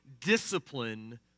discipline